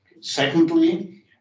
Secondly